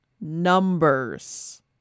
numbers